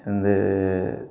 வந்து